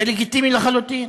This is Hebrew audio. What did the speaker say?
זה לגיטימי לחלוטין.